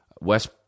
West